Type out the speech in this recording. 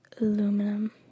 Aluminum